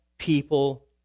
People